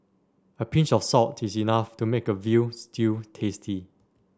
a pinch of salt is enough to make a veal stew tasty